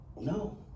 No